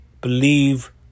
believe